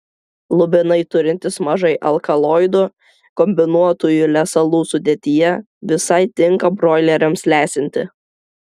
lubinai turintys mažai alkaloidų kombinuotųjų lesalų sudėtyje visai tinka broileriams lesinti